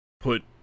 put